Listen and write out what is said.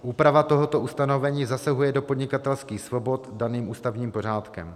Úprava tohoto ustanovení zasahuje do podnikatelských svobod daných ústavním pořádkem.